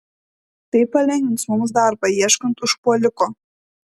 tai palengvins mums darbą ieškant užpuoliko